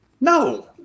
No